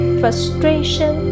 frustration